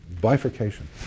bifurcation